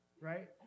right